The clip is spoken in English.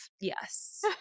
Yes